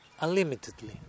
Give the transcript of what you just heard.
unlimitedly